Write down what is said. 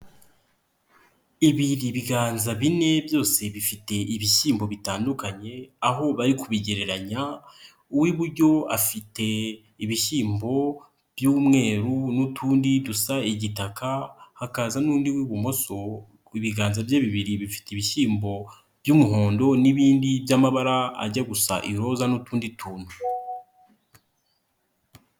Ibi ni ibiganza bine byose bifite ibishyimbo bitandukanye, aho bari kubigereranya uw'iburyo afite ibishyimbo by'umweru n'utundi dusa igitaka, hakaza n'undi w'ibumoso ibiganza bye bibiri bifite ibishyimbo by'umuhondo n'ibindi by'amabara ajya gusa iroza n'utundi tuntu.